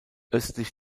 östlich